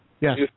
Yes